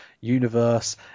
universe